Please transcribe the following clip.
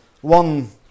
One